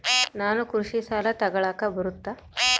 ನಾನು ಕೃಷಿ ಸಾಲ ತಗಳಕ ಬರುತ್ತಾ?